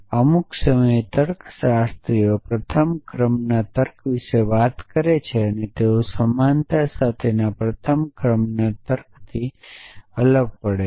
અમુક સમયે તર્કશાસ્ત્રીઓ પ્રથમ ક્રમમાં તર્ક વિશે વાત કરે છે અને તેઓ સમાનતા સાથેના પ્રથમ ક્રમમાં તર્કથી અલગ પડે છે